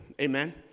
Amen